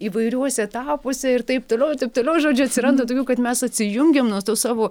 įvairiuose etapuose ir taip toliau ir taip toliau žodžiu atsiranda tokių kad mes atsijungiam nuo to savo